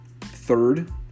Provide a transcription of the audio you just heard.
Third